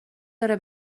داره